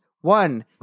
One